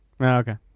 Okay